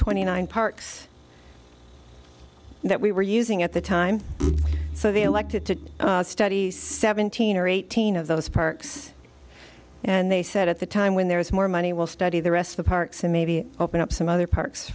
twenty nine parks that we were using at the time so they elected to study seventeen or eighteen of those parks and they said at the time when there is more money will study the rest of the parks and maybe open up some other par